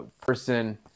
person